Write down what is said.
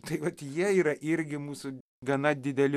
tai vat jie yra irgi mūsų gana dideli